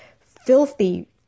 filthy